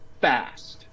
fast